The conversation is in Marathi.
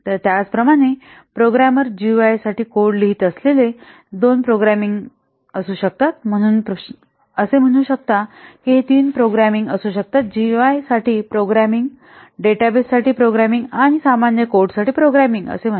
तर त्याचप्रमाणे प्रोग्रामर जी यू आय साठी कोड लिहित असलेले दोन प्रोग्रामिंग शो असू शकतात आणि म्हणू शकता की येथे तीन प्रोग्रामिंग असू शकतात या जी यू आय साठी प्रोग्रामिंग डेटाबेससाठी प्रोग्रामिंग आणि सामान्य कोडसाठी प्रोग्रामिंग म्हणा